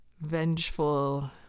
vengeful